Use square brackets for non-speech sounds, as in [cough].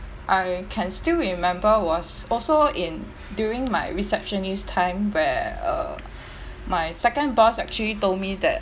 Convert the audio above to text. I can still remember was also in during my receptionist time where uh [breath] my second boss actually told me that